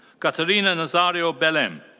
catarina nazario belem.